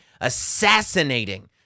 assassinating